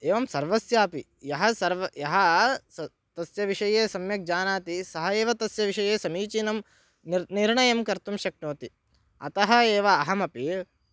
एवं सर्वस्यापि यः सर्वः यः सः तस्य विषये सम्यक् जानाति सः एव तस्य विषये समीचीनं निर् निर्णयं कर्तुं शक्नोति अतः एव अहमपि